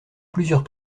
plusieurs